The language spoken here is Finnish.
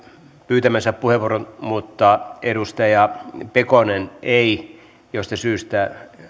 pyytämänsä puheenvuoron mutta edustaja pekonen ei mistä syystä